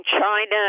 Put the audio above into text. China